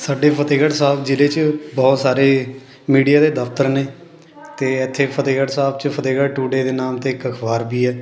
ਸਾਡੇ ਫਤਿਹਗੜ੍ਹ ਸਾਹਿਬ ਜ਼ਿਲ੍ਹੇ 'ਚ ਬਹੁਤ ਸਾਰੇ ਮੀਡੀਆ ਦੇ ਦਫਤਰ ਨੇ ਅਤੇ ਇੱਥੇ ਫਤਿਹਗੜ੍ਹ ਸਾਹਿਬ 'ਚ ਫਤਿਹਗੜ ਟੂਡੇ ਦੇ ਨਾਮ 'ਤੇ ਇੱਕ ਅਖਬਾਰ ਵੀ ਹੈ